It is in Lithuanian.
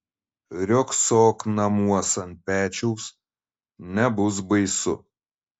riogsok namuos ant pečiaus nebus baisu